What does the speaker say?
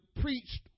preached